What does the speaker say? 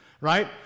right